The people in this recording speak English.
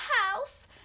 house